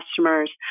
customers